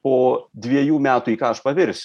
po dviejų metų į ką aš pavirs